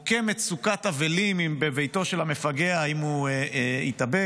מוקמת סוכת אבלים בביתו של המפגע, אם הוא התאבד.